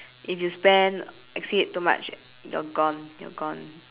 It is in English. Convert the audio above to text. if you spend exceed too much you're gone you're gone